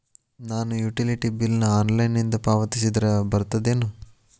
ನಾನು utility bill ನ ಆನ್ಲೈನಿಂದ ಪಾವತಿಸಿದ್ರ ಬರ್ತದೇನು?